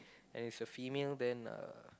and is a female then uh